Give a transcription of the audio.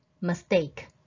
mistake